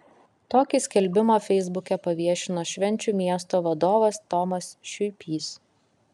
tokį skelbimą feisbuke paviešino švenčių miesto vadovas tomas šiuipys